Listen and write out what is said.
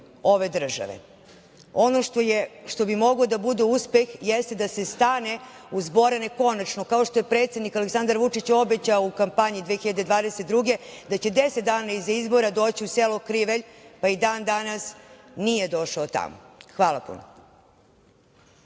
ove države. Ono što bi moglo da bude uspeh jeste da se stane uz Borane, konačno, kao što je predsednik Aleksandar Vučić obećao u kampanji 2022. godine da će 10 dana iza izbora doći u selo Krivelj, pa i dan danas nije došao tamo. Hvala puno.